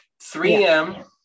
3m